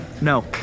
No